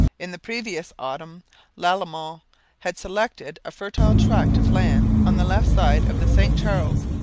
in the previous autumn lalemant had selected a fertile tract of land on the left side of the st charles,